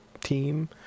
team